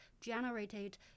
generated